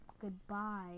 goodbye